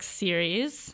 series